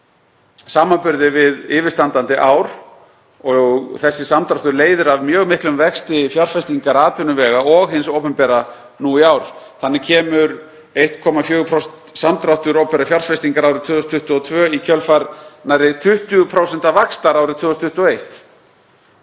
samanburði við yfirstandandi ár — þessi samdráttur leiðir af mjög miklum vexti fjárfestingar atvinnuvega og hins opinbera nú í ár. Þannig kemur 1,4% samdráttur opinberrar fjárfestingar árið 2022 í kjölfar nærri 20% vaxtar árið 2021.